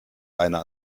einer